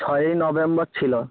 ছয়ই নভেম্বর ছিল